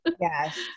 Yes